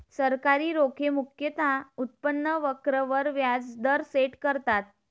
सरकारी रोखे मुख्यतः उत्पन्न वक्र वर व्याज दर सेट करतात